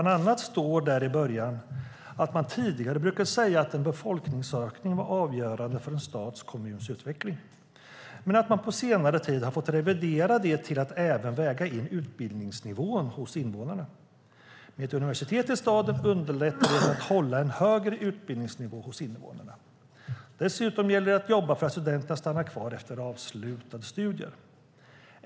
Där står det bland annat att man tidigare brukade säga att en befolkningsökning var avgörande för en stads och en kommuns utveckling men att man på senare tid har fått revidera det till att även väga in utbildningsnivån hos invånarna. Med ett universitet i staden underlättar man för att hålla en högre utbildningsnivå hos invånarna. Dessutom gäller det att jobba för att studenterna stannar kvar efter avslutade studier.